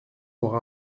aura